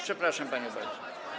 Przepraszam panią bardzo.